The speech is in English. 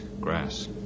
grass